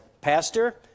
Pastor